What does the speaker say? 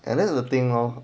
and that's the thing lor